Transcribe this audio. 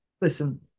Listen